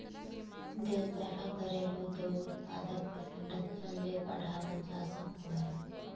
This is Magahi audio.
देश द्वारा घरेलू उद्योग उत्पाद के संरक्षण ले बढ़ावल जा सको हइ